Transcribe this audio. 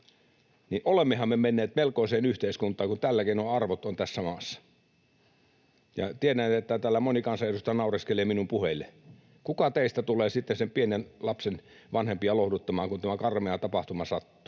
Olemmehan me menneet melkoiseen yhteiskuntaan, kun tällä keinoin arvot ovat tässä maassa. Tiedän, että täällä moni kansanedustaja naureskelee minun puheilleni. Kuka teistä tulee sitten sen pienen lapsen vanhempia lohduttamaan, kun tämä karmea tapahtuma sattuu?